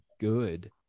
Good